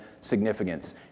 significance